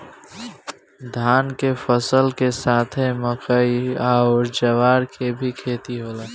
धान के फसल के साथे मकई अउर ज्वार के भी खेती होला